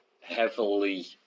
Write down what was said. heavily